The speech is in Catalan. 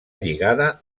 lligada